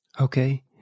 Okay